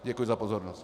Děkuji za pozornost.